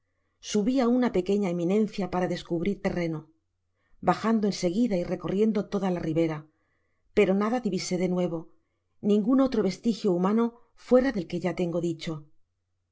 á una pequeña eminencia para descubrir terreno bajando en seguida y recorriendo todft la ribera pero nada divise de nuevo ningun otro vestigio humano fuera del que ya tengo dicho